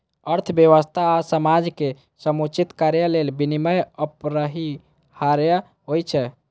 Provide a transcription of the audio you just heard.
अर्थव्यवस्था आ समाजक समुचित कार्य लेल विनियम अपरिहार्य होइ छै